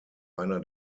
einer